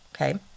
okay